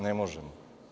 Ne možemo.